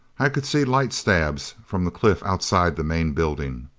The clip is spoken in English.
i could see light stabs from the cliff outside the main building.